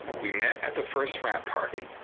we met at the first wrap party.